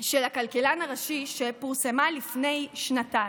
של הכלכלן הראשי שפורסמה לפני שנתיים.